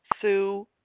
Sue